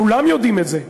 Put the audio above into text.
כולם יודעים את זה,